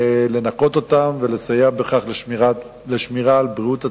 לנקות אותם ולסייע בכך לשמירה על בריאות הציבור,